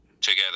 together